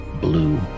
blue